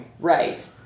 Right